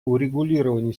урегулирование